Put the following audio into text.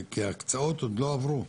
כי ההקצאות עוד לא עברו.